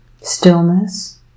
stillness